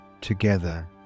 together